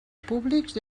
públics